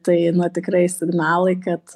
tai na tikrai signalai kad